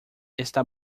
está